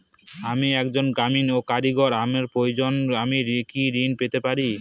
আমি একজন গ্রামীণ কারিগর আমার প্রয়োজনৃ আমি কি ঋণ পেতে পারি?